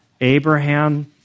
Abraham